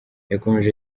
yakomeje